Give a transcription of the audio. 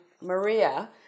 Maria